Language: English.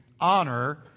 honor